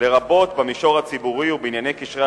לרבות במישור הציבורי ובענייני קשרי